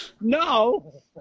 no